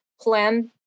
plan